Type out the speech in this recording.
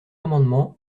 amendement